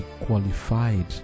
qualified